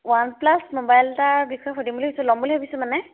one plus mobile এটাৰ বিষয়ে সুধিম বুলি ভাবছোঁ ল'ম বুলি ভাবিছোঁ মানে